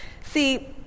See